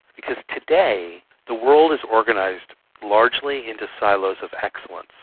because today the world is organised largely into silos of excellence.